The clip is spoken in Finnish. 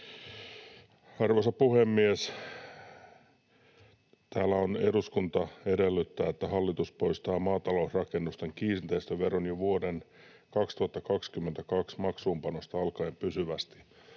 Arvoisa puhemies! Täällä on: ”Eduskunta edellyttää, että hallitus poistaa maatalousrakennusten kiinteistöveron jo vuoden 2022 maksuunpanosta alkaen pysyvästi.”